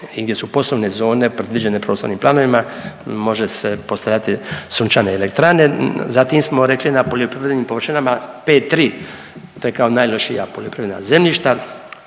gdje su poslovne zone nepredviđene prostornim planovima može se postavljati sunčane elektrane. Zatim smo rekli na poljoprivrednim površinama 5.3 to je kao najlošija poljoprivredna zemljišta,